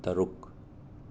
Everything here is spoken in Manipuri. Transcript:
ꯇꯔꯨꯛ